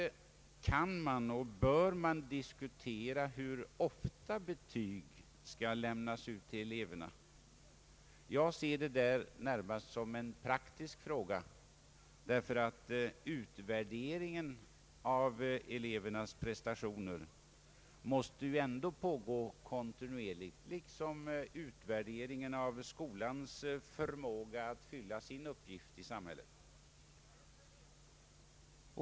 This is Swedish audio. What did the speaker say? Man kan och bör givetvis diskutera hur ofta betyg skall lämnas ut till eleverna. Jag ser detta närmast som en praktisk fråga, ty utvärderingen av elevernas prestationer måste ju ändå pågå kontinuerligt liksom utvärderingen av skolans förmåga att fylla sin uppgift i samhället.